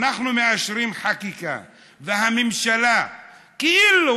אנחנו מאשרים חקיקה והממשלה כאילו,